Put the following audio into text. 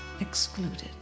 excluded